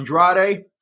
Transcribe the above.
Andrade